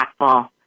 impactful